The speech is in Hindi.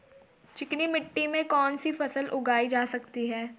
चिकनी मिट्टी में कौन सी फसल उगाई जा सकती है?